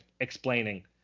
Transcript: explaining